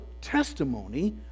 testimony